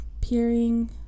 peering